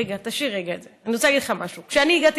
אני רוצה להגיד לך משהו: כשאני הגעתי